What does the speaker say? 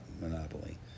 monopoly